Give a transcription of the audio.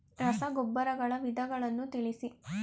ರಸಗೊಬ್ಬರಗಳ ವಿಧಗಳನ್ನು ತಿಳಿಸಿ?